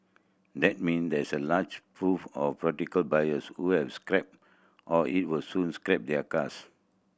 that mean there is a large pool of buyers who have scrapped or it will soon scrap their cars